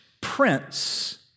prince